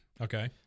Okay